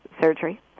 surgery